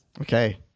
Okay